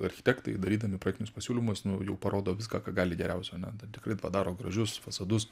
architektai darydami projektinius pasiūlymus nu jau parodo viską ką gali geriausio ane tikrai padaro gražius fasadus